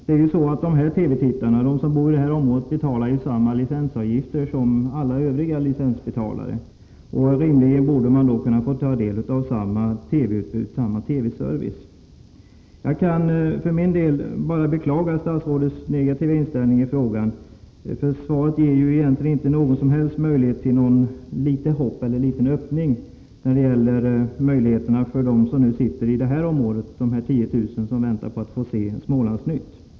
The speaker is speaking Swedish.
Det är ju så att de TV-tittare som bor i det här området betalar samma licensavgifter som alla andra licensbetalare, och rimligen borde man då kunna få ta del av samma TV-service. Jag kan för min del bara beklaga statsrådets negativa inställning. Svaret ger inget som helst hopp om någon öppning beträffande möjligheterna att lösa frågan för de 10 000 i detta område som väntar på att få se Smålandsnytt.